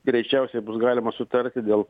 greičiausiai bus galima sutarti dėl